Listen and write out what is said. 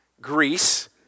Greece